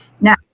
Now